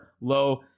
Low